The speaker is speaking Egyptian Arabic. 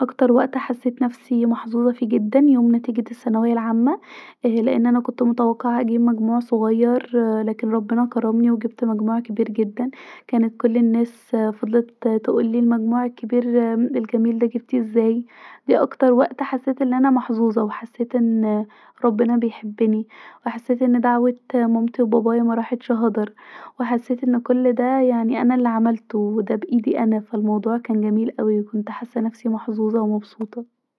اكتر وقت حسيت نفسي محظوظة فيه فيه جدا يوم نتيجه الثانويه العامه لأن انا كنت متوقعه اجيب مجموع صغير لاكن ربنا كرمني وجبت مجموع كبير جدا كانت كل الناس فضلت تقولي المجموع الكبير الجميل ده جبتيه إزاي ديه اكتر وقت حسيت أن انا محظوظة وحسيت أن ربنا بيحبني وحسيت أن دعوه مامتي وبابايا مراحتش هدر وحسيت أن كل ده يعني انا عملته ودا بايدي انا ف الموضوع كان جميل اوي وكنت حاسه نفسي محظوظة ومبسوطة